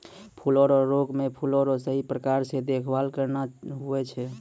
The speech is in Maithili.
फूलो रो रोग मे फूलो रो सही प्रकार से देखभाल करना हुवै छै